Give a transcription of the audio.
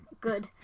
Good